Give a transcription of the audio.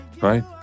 right